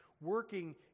working